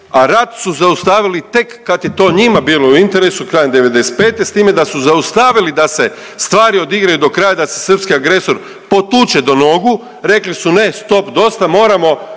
a rat su zaustavili tek kad je to njima bilo u interesu krajem '95. s time da su zaustavili da se stvari odigraju do kraja da se srpski agresor potuče do nogu rekli su ne, stop, dosta, moramo